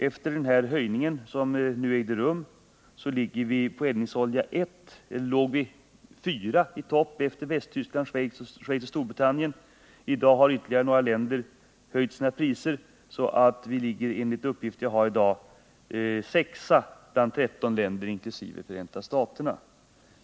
Efter den senaste höjningen låg Sverige för eldningsolja 1 på fjärde plats efter Västtyskland, Schweiz och Storbritannien. I dag har ytterligare några länder höjt sina priser, och enligt uppgifter ligger vi nu på sjätte plats bland 13 länder inkl. Förenta staterna.